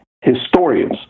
historians